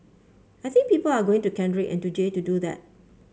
I think people are going to Kendrick and to Jay to do that